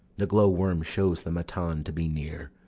the glowworm shows the matin to be near,